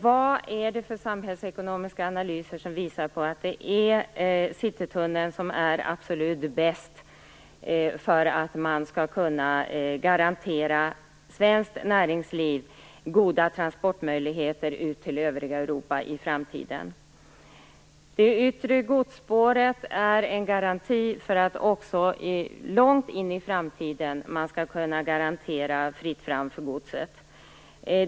Vilka samhällsekonomiska analyser visar att Citytunneln är absolut bäst för att man skall kunna garantera svenskt näringsliv goda transportmöjligheter till övriga Europa i framtiden? Det yttre godsspåret är en garanti för att man också långt in i framtiden skall kunna garantera fritt fram för godset.